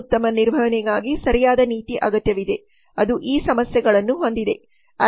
ಉತ್ತಮ ನಿರ್ವಹಣೆಗಾಗಿ ಸರಿಯಾದ ನೀತಿ ಅಗತ್ಯವಿದೆ ಅದು ಈ ಸಮಸ್ಯೆಗಳನ್ನು ಹೊಂದಿದೆ